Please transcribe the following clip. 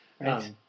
Right